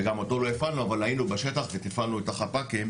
וגם אותו לא הפעלנו אבל היינו בשטח ותפעלנו את החפ"קים,